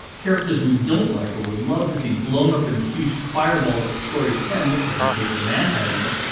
characters we don't like or would love to see blown up in a huge fireball at the story's end, like in the case of an antagonist,